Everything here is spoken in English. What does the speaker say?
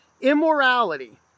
immorality